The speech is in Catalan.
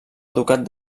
educat